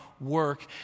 Work